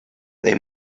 they